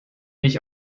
nicht